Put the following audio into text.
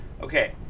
okay